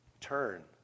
Turn